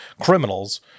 criminals